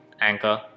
Anchor